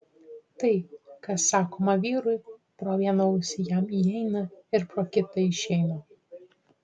tai kas sakoma vyrui pro vieną ausį jam įeina ir pro kitą išeina